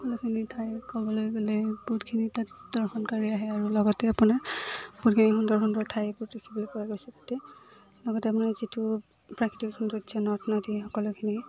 সকলোখিনি ঠাই ক'বলৈ গ'লে বহুতখিনি তাত দৰ্শনকাৰী আহে আৰু লগতে আপোনাৰ বহুতখিনি সুন্দৰ সুন্দৰ ঠাইবোৰ দেখিবলৈ পোৱা গৈছে তাতে লগতে আপোনাৰ যিটো প্ৰাকৃতিক সৌন্দৰ্য নদ নদী সকলোখিনি